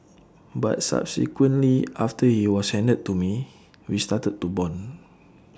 but subsequently after he was handed to me we started to Bond